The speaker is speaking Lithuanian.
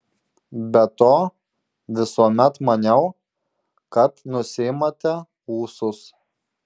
be to visuomet maniau kad nusiimate ūsus